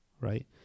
right